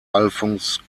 alfons